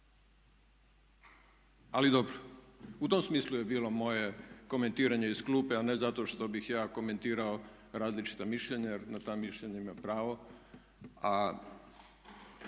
ali dobro. U tom smislu je bilo moje komentiranje iz klupe a ne zato što bih ja komentirao različita mišljenja jer na ta mišljenja imam pravo,